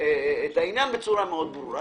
החוק בצורה ברורה מאוד.